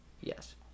Yes